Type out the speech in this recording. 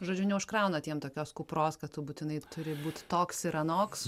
žodžiu neužkraunat jiem tokios kupros kad tu būtinai turi būt toks ir anoks